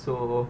so